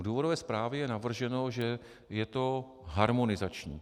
V důvodové zprávě je navrženo, že je to harmonizační.